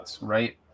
right